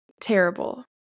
Terrible